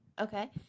Okay